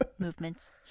movements